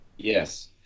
Yes